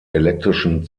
elektrischen